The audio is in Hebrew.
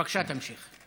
בבקשה, תמשיך.